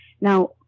Now